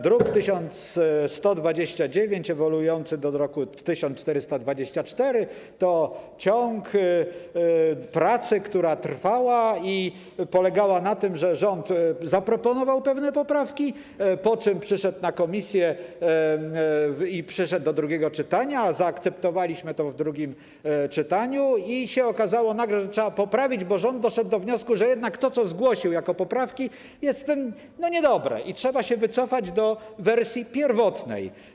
Druk nr 1129 ewoluujący do druku nr 1424 to ciąg pracy, która trwała i polegała na tym, że rząd zaproponował pewne poprawki, po czym przyszedł na posiedzenie komisji i przeszedł do drugiego czytania, zaakceptowaliśmy to w drugim czytaniu i nagle się okazało, że trzeba to poprawić, bo rząd doszedł do wniosku, że jednak to, co zgłosił jako poprawki, jest niedobre i trzeba się wycofać do wersji pierwotnej.